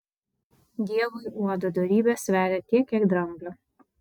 dievui uodo dorybė sveria tiek kiek dramblio